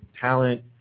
talent